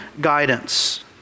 guidance